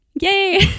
Yay